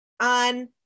on